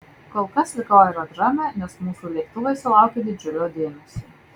kol kas likau aerodrome nes mūsų lėktuvai sulaukė didžiulio dėmesio